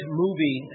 movie